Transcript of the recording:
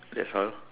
that's all